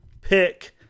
pick